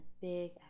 big